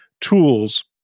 tools